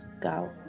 go